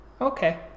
Okay